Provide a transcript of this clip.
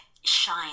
shine